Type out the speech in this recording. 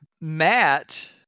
Matt